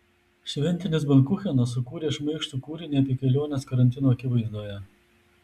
šventinis bankuchenas sukūrė šmaikštų kūrinį apie keliones karantino akivaizdoje